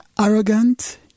arrogant